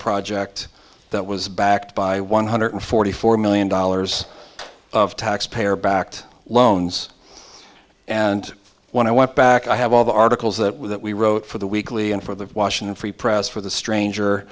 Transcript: project that was backed by one hundred forty four million dollars of taxpayer backed loans and when i went back i have all the articles that we wrote for the weekly and for the washington free press for the stranger